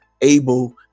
able